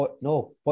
No